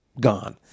gone